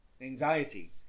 Anxiety